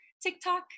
TikTok